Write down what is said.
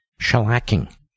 Shellacking